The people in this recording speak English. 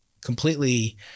completely